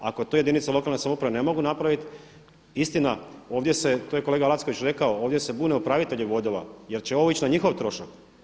Ako to jedinice lokalne samouprave ne mogu napraviti, istina ovdje se, to je kolega Lacković rekao, ovdje se bune upravitelji vodova jer će ovo ići na njihov trošak.